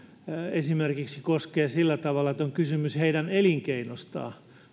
esimerkiksi sillä tavalla että on kysymys heidän elinkeinostaan